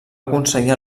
aconseguir